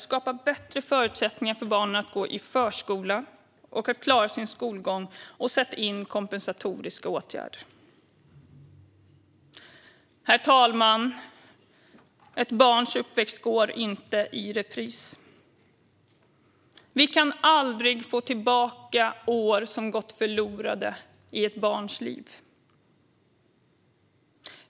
Skapa bättre förutsättningar för barnen att gå i förskola och att klara sin skolgång, och sätt in kompensatoriska åtgärder. Herr talman! Ett barns uppväxt går inte i repris. Vi kan aldrig få tillbaka år som gått förlorade i ett barns liv.